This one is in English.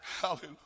hallelujah